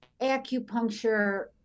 acupuncture